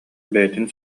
бэйэтин